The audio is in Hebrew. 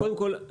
אז קודם כל,